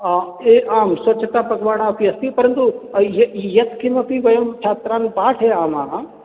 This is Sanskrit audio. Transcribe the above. अ ए आं स्वच्छतापख्वाडा अपि अस्ति परन्तु यत्किमपि वयं छात्रान् पाठयामः